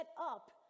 up